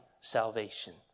salvation